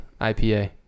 IPA